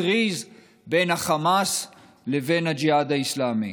טריז בין החמאס לבין הג'יהאד האסלאמי,